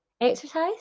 exercise